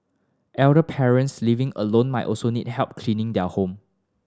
elder parents living alone might also need help cleaning their home